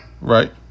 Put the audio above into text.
Right